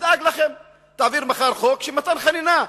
שתדאג לכם, תעביר מחר חוק של מתן חנינה.